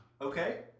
Okay